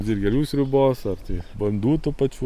dilgėlių sriubos ar tai bandų tų pačių